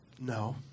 No